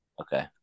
Okay